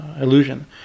illusion